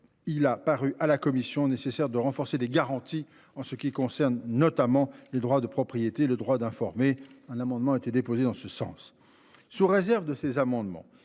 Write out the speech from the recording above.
Il a paru à la Commission nécessaire de renforcer les garanties en ce qui concerne notamment les droits de propriété, le droit d'informer. Un amendement a été déposé dans ce sens. Sous réserve de ces amendements